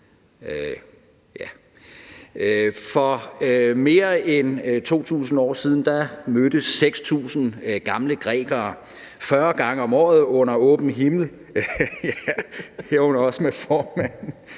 For mere end 2.000 år siden mødtes 6.000 gamle grækere 40 gange om året under åben himmel